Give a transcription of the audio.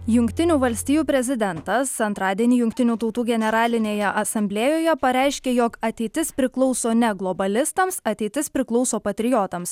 jungtinių valstijų prezidentas antradienį jungtinių tautų generalinėje asamblėjoje pareiškė jog ateitis priklauso ne globalistams ateitis priklauso patriotams